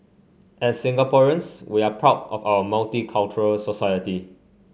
as Singaporeans we're proud of our multicultural society